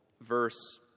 verse